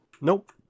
Nope